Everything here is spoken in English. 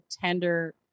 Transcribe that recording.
tender